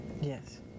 yes